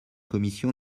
commission